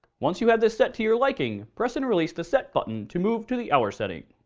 once you have this set to your liking, press and release the set button to move to the hour setting.